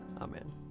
Amen